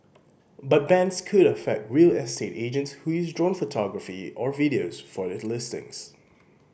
but bans could affect real estate agents who use drone photography or videos for listings